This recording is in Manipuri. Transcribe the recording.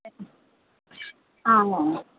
ꯑꯪ